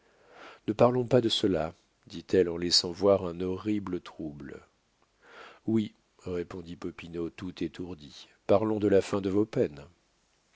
ne parlons pas de cela dit-elle en laissant voir un horrible trouble oui répondit popinot tout étourdi parlons de la fin de vos peines